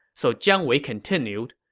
so jiang wei continued,